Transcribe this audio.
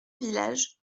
village